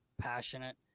passionate